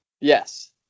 Yes